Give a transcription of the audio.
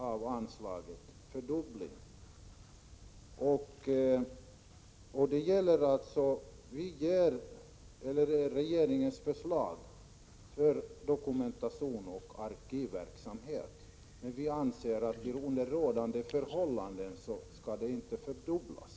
Det gäller en utökning, en fördubbling av anslaget. Regeringen föreslår ett bidrag för dokumentation och arkivverksamhet. Vi anser att det under rådande förhållanden inte skall fördubblas.